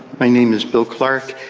my name is bill clark,